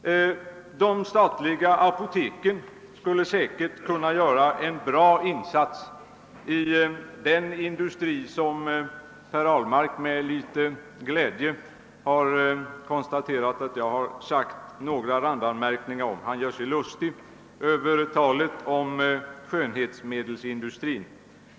De statliga apoteken skulle sannolikt kunna göra en god insats i den industri som herr Ahlmark med viss glädje har konstaterat att jag har gjort några randanmärkningar om. Han gör sig lustig över talet om »skönhetsindustrin».